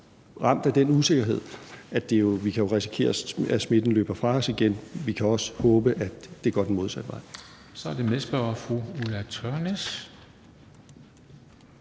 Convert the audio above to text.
ramt af den usikkerhed, at vi kan risikere, at smitten løber fra os igen. Vi kan også håbe, at det går den modsatte vej.